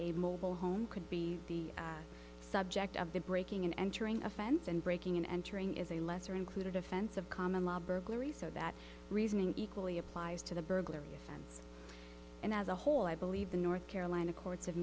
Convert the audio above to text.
a mobile home could be the subject of the breaking and entering offense and breaking and entering is a lesser included offense of common law burglary so that reasoning equally applies to the burglary offense and as a whole i believe the north carolina courts